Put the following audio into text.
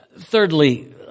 Thirdly